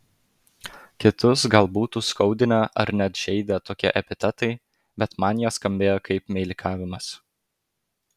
kitus gal būtų skaudinę ar net žeidę tokie epitetai bet man jie skambėjo kaip meilikavimas